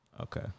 Okay